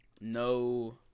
no